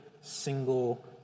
single